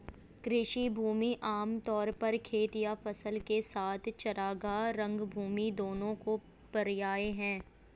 कृषि भूमि आम तौर पर खेत या फसल के साथ चरागाह, रंगभूमि दोनों का पर्याय है